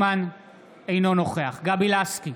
אינו נוכח גבי לסקי,